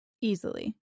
easily